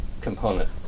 component